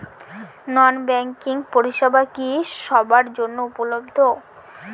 নন banking পরিষেবা কি সবার জন্য উপলব্ধ?